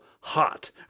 hot